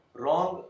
wrong